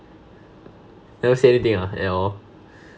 never say everything ah at all